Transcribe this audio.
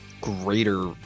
greater